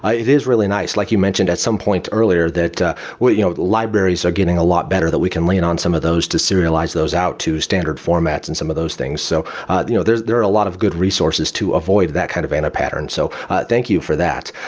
ah it is really nice, like you mentioned at some point earlier, that you know libraries are getting a lot better, that we can lean on some of those to serialize those out to standard formats and some of those things. so you know there are there are a lot of good resources to avoid that kind of anti-pattern. so thank you for that.